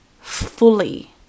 fully